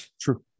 True